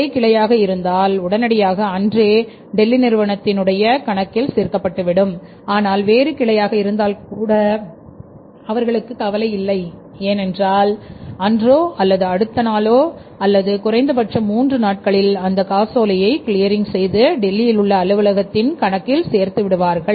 அதே கிளையாக இருந்தால் உடனடியாக அன்றே டெல்லி நிறுவனத்தின் உடைய கணக்கில் சேர்க்கப்பட்டுவிடும் ஆனால் வேறு கிளையாக இருந்தால் கூட அவர்களுக்கு கவலை இல்லை ஏனென்றால் அன்றோ அல்லது அடுத்த நாளோ அல்லது குறைந்தபட்சம் மூன்று நாட்களில் அந்த காசோலையை கிளியரிங் செய்து டெல்லியில் உள்ள அலுவலகத்தின் கணக்கில் சேர்த்துவிடுவார்கள்